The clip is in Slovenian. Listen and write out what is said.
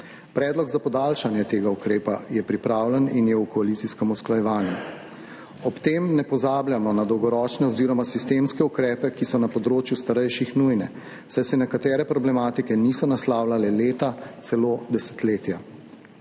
Predlog za podaljšanje tega ukrepa je pripravljen in je v koalicijskem usklajevanju. Ob tem ne pozabljamo na dolgoročne oziroma sistemske ukrepe, ki so na področju starejših nujni, saj se nekatere problematike niso naslavljale leta, celo desetletja.